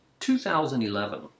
2011